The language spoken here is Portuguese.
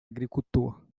agricultor